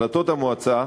החלטת המועצה,